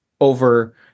over